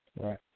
Right